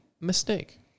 mistake